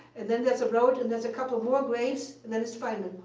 and then there's a road and there's a couple more graves, and there is feynman,